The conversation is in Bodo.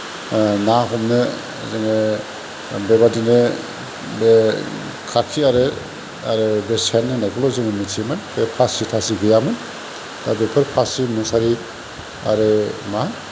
ना हमनो जोङो बेबादिनो बे खाखि आरो बे सेन होननायखौल' जोङो मिथियोमोन बे फासि तासि गैयामोन दा बेफोर फासि मुसारि आरो मा